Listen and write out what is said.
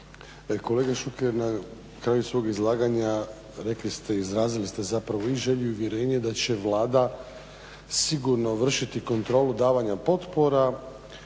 Kolega Šuker, na kraju svog izlaganja rekli ste, izrazili ste i želju i uvjerenje da će Vlada sigurno vršiti kontrolu davanja potpora